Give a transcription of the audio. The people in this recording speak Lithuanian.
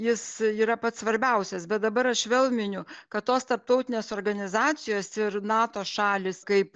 jis yra pats svarbiausias bet dabar aš vėl miniu kad tos tarptautinės organizacijos ir nato šalys kaip